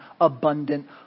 abundant